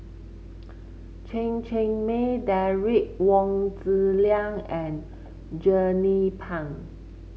Chen Cheng Mei Derek Wong Zi Liang and Jernnine Pang